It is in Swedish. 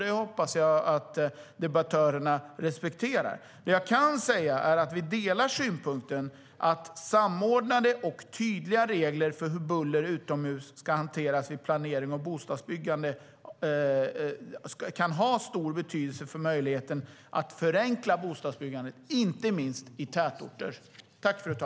Det hoppas jag att debattörerna respekterar.